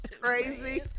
Crazy